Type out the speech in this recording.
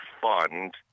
fund